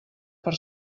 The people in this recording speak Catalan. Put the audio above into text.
per